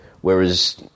Whereas